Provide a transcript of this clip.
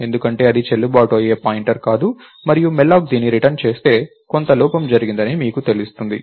ఎందుకంటే అది చెల్లుబాటు అయ్యే పాయింటర్ కాదు మరియు malloc దీన్ని రిటర్న్ చేస్తే కొంత లోపం జరిగిందని మీకు తెలుస్తుంది